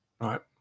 right